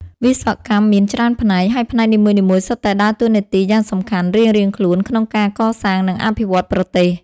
វិស្វកម្មមាន ច្រើនផ្នែក ហើយផ្នែកនីមួយៗសុទ្ធតែដើរតួនាទី យ៉ាងសំខាន់ រៀងៗខ្លួនក្នុងការ កសាង និងអភិវឌ្ឍប្រទេស។